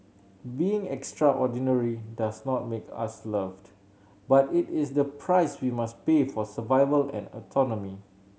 being extraordinary does not make us loved but it is the price we must pay for survival and autonomy